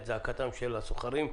את זעקתם של הסוחרים,